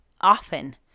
often